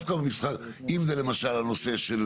אם זה למשל הנושא של